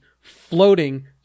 floating